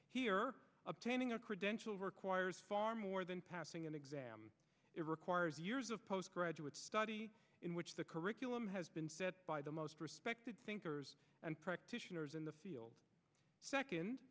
here obtaining a credential requires far more than passing an exam it requires years of postgraduate study in which the curriculum has been set by the most respected and practitioners in the field